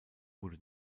wurde